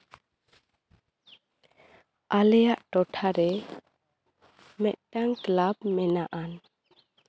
ᱟᱞᱮᱭᱟᱜ ᱴᱚᱴᱷᱟᱨᱮ ᱢᱤᱫᱴᱟᱝ ᱠᱞᱟᱵ ᱢᱮᱱᱟᱜᱼᱟ